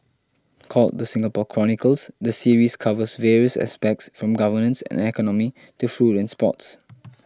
called the Singapore Chronicles the series covers various aspects from governance and economy to food and sports